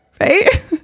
right